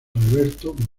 alberto